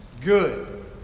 good